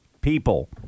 people